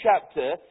chapter